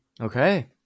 Okay